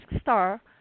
star